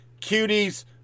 cuties